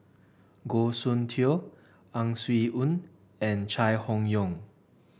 Goh Soon Tioe Ang Swee Aun and Chai Hon Yoong